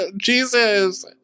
Jesus